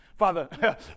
Father